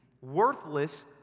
Worthless